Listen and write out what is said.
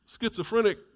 schizophrenic